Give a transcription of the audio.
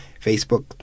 Facebook